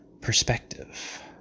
perspective